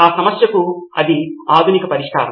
ఆ సమస్యకు ఇది ఆధునిక పరిష్కారం